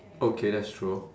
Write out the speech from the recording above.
okay that's true